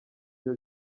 ryo